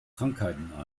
krankheiten